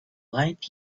light